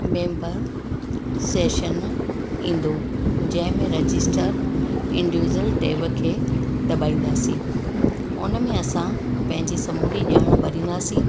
member session ईंदो जंहिं में रजिस्टर इंडिवीज़ुअल टेव खे दॿाईंदासीं उन में असां पंहिंजी समूरी ॼाण भरींदासीं